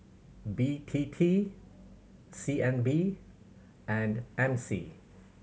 B T T C N B and M C